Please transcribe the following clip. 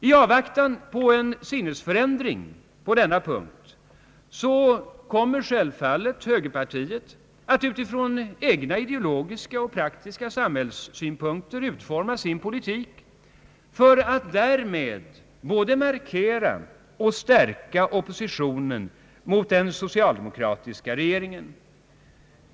I avvaktan på en sinnesförändring i detta avseende kommer högerpartiet självfallet att forma sin politik utifrån egna ideologiska och praktiska samhällssynpunkter, för att därmed både markera och stärka oppositionen mot den socialdemokratiska regeringen.